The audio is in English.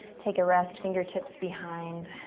take a rest, fingertips behind.